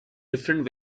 different